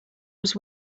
was